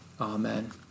Amen